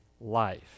life